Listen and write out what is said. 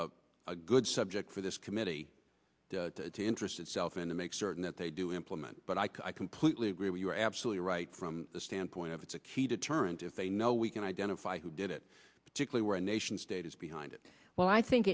good subject for this committee to interest itself in to make certain that they do implement but i completely agree with you're absolutely right from the standpoint of it's a key deterrent if they know we can identify who did it particularly where a nation state is behind it well i think